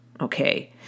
Okay